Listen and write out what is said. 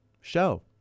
show